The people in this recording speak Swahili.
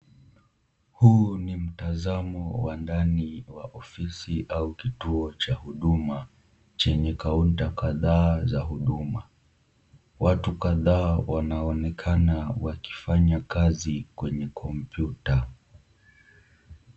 Huu ni mtazamo wa ndani wa ofisi au kituo cha huduma chenye counter kadhaa za huduma. Watu kadhaa wanaonekana wakifanya kazi kwenye kompyuta.